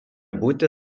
būti